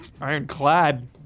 Ironclad